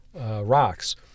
rocks